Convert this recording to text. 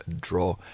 draw